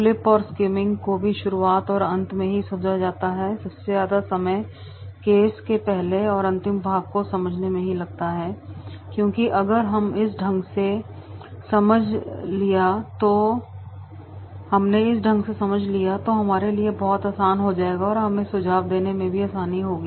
flip और skimming को भी शुरुआत और अंत से ही समझा जाता है सबसे ज्यादा समय केस के पहले और अंतिम भाग को समझने में ही लग जाता है क्योंकि अगर हमने इसे ढंग से समझ लिया तो हमारे लिए बहुत आसान हो जाएगा और हमें सुझाव देने में भी आसानी होगी